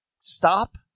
stop